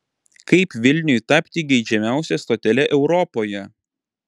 kaip vilniui tapti geidžiamiausia stotele europoje